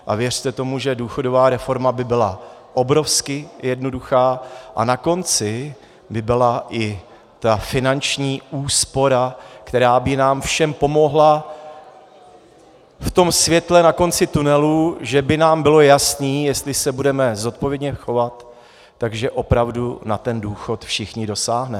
A věřte tomu, že důchodová reforma by byla obrovsky jednoduchá a na konci by byla i ta finanční úspora, která by nám všem pomohla v tom světle na konci tunelu, že by nám bylo jasné, jestli se budeme zodpovědně chovat tak, že opravdu na ten důchod všichni dosáhneme.